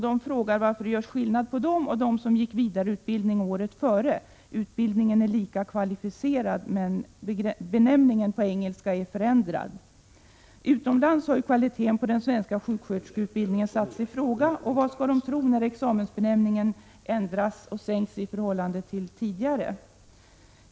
De frågar varför det görs skillnad mellan dem och dem som genomgick vidareutbildning året innan. Utbildningarna är lika kvalificerade, men benämningen på engelska är förändrad. Utomlands har kvaliteten på den svenska sjuksköterskeutbildningen satts i fråga, och vad skall man tro utomlands när examensbenämningen ändras så att statusen sänks i förhållande till tidigare?